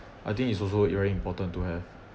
I think it's also very important to have